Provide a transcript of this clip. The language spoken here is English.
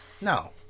No